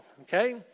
okay